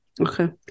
okay